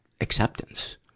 acceptance